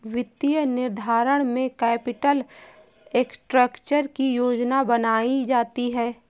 वित्तीय निर्धारण में कैपिटल स्ट्रक्चर की योजना बनायीं जाती है